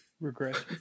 Regret